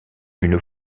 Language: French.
une